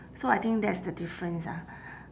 so I think that's the difference ah